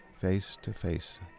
face-to-face